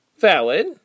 Valid